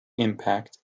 impact